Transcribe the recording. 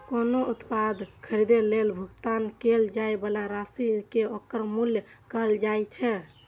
कोनो उत्पाद खरीदै लेल भुगतान कैल जाइ बला राशि कें ओकर मूल्य कहल जाइ छै